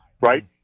right